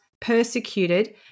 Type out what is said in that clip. persecuted